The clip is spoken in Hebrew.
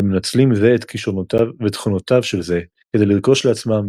ומנצלים זה את כשרונותיו ותכונותיו של זה כדי לרכוש לעצמם,